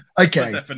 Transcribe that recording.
okay